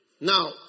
Now